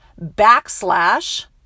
backslash